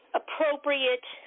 appropriate